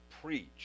preach